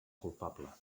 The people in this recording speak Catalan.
culpable